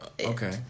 Okay